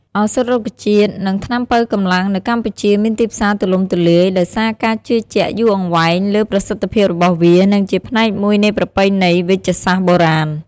ឱសថរុក្ខជាតិ និងថ្នាំប៉ូវកម្លាំងនៅកម្ពុជាមានទីផ្សារទូលំទូលាយ ដោយសារការជឿជាក់យូរអង្វែងលើប្រសិទ្ធភាពរបស់វា និងជាផ្នែកមួយនៃប្រពៃណីវេជ្ជសាស្ត្របុរាណ។